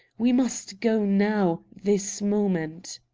we must go, now, this moment.